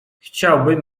chciałbym